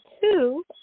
two